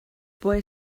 boy